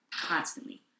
constantly